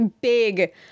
Big